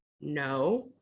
No